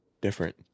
different